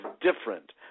different